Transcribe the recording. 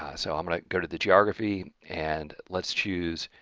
so i'm going to go to the geography and let's choose